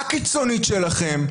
הקיצונית שלכם.